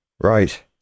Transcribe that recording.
Right